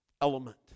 element